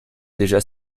déjà